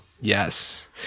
Yes